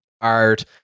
art